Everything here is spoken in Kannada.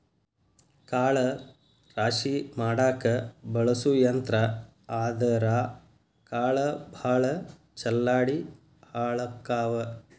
ಕಾಳ ರಾಶಿ ಮಾಡಾಕ ಬಳಸು ಯಂತ್ರಾ ಆದರಾ ಕಾಳ ಭಾಳ ಚಲ್ಲಾಡಿ ಹಾಳಕ್ಕಾವ